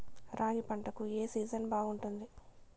రాగి పంటకు, ఏ సీజన్ బాగుంటుంది?